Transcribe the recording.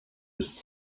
ist